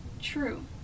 True